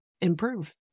improve